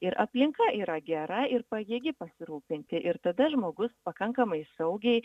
ir aplinka yra gera ir pajėgi pasirūpinti ir tada žmogus pakankamai saugiai